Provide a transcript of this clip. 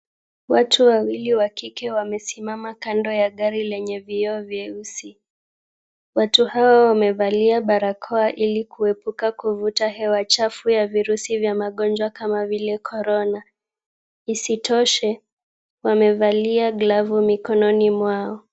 Watu wawili wa kike wamesimama kando ya gari lenye vioo vyeusi. Watu hawa wamevalia barakoa ili kuepuka kuvuta hewa chafu ya virusi vya magonjwa kama vile korona. Isitoshe wamevalia glavu mikononi mwao.